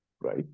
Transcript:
right